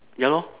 ya lor